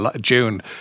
June